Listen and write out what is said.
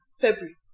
February